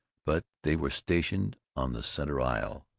but they were stationed on the center aisle.